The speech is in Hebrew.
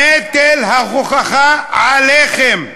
נטל ההוכחה עליכם.